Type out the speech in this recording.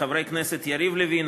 לחברי הכנסת יריב לוין,